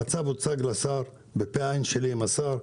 המצב הוצג לשר בפ"ע שלי עם השר.